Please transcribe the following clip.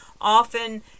often